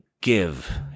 give